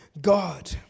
God